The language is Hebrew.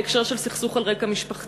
בהקשר של סכסוך על רקע משפחתי.